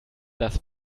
dass